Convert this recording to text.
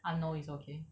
ah no it's okay